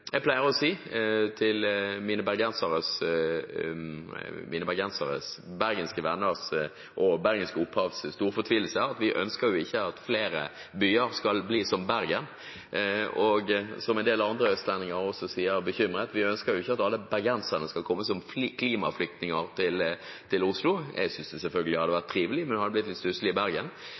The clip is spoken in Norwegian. Jeg pleier å si, til mine bergenske venners og mitt bergenske opphavs store fortvilelse, at vi ønsker jo ikke at flere byer skal bli som Bergen – og som en del andre østlendinger også sier og er bekymret for: Vi ønsker ikke at alle bergenserne skal komme som klimaflyktninger til Oslo. Jeg synes det selvfølgelig hadde vært trivelig, men det hadde blitt litt stusslig i Bergen.